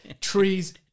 trees